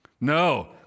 No